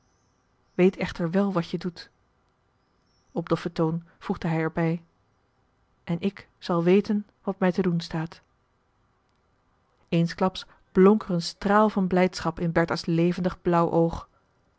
weet echter wel wat je doet op doffen toon voegde hij er bij en ik zal weten wat mij te doen staat eensklaps blonk er een straal van blijdschap in bertha's levendig blauw oog